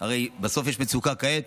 הרי בסוף יש מצוקה כעת,